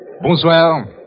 Bonsoir